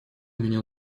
меня